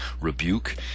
rebuke